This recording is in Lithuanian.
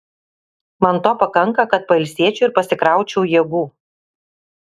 man to pakanka kad pailsėčiau ir pasikraučiau jėgų